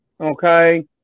okay